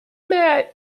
mehr